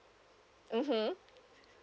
(uh huh)